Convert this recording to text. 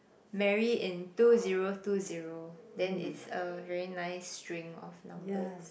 marry in two zero two zero then it's a very nice string of numbers